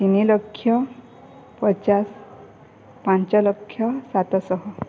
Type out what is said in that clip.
ତିନି ଲକ୍ଷ ପଚାଶ ପାଞ୍ଚଲକ୍ଷ ସାତଶହ